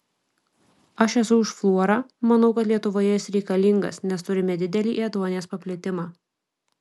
aš esu už fluorą manau kad lietuvoje jis reikalingas nes turime didelį ėduonies paplitimą